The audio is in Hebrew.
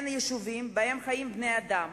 אלה יישובים שבהם חיים בני-אדם,